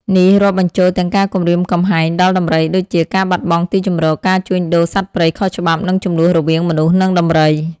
នេះរាប់បញ្ចូលទាំងការគំរាមកំហែងដល់ដំរីដូចជា ការបាត់បង់ទីជម្រក ការជួញដូរសត្វព្រៃខុសច្បាប់ និងជម្លោះរវាងមនុស្សនិងដំរី។